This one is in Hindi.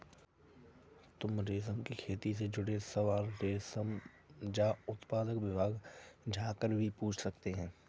तुम रेशम की खेती से जुड़े सवाल रेशम उत्पादन विभाग जाकर भी पूछ सकते हो